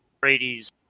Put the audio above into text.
Brady's